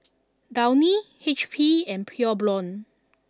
Downy H P and Pure Blonde